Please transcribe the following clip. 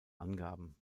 angaben